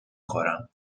خورم